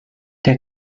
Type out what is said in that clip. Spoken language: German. der